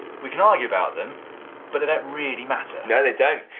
we can argue about them, but they don't really matter. no, they don't.